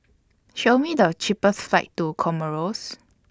Show Me The cheapest flights to Comoros